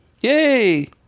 Yay